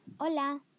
Hola